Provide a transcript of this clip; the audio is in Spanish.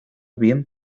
bien